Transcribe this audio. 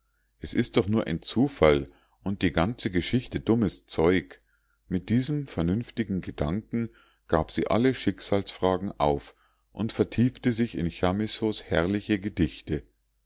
es ist doch nur ein zufall und die ganze geschichte dummes zeug mit diesem vernünftigen gedanken gab sie alle schicksalsfragen auf und vertiefte sich in chamissos herrliche gedichte